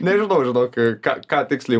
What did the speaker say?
nežinau žinok ką ką tiksliai